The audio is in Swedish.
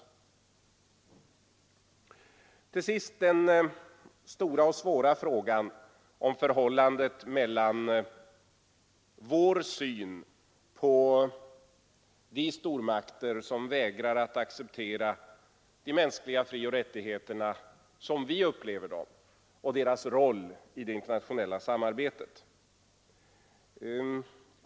Slutligen också några ord om den stora och svåra frågan rörande förhållandet mellan vår syn på de stormakter som vägrar acceptera de mänskliga frioch rättigheterna, som vi upplever dem, och dessa staters roll i det internationella samarbetet.